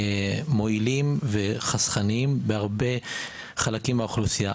מועילים וחסכניים לחלקים רבים באוכלוסייה.